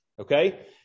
okay